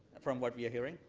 from what we are hearing?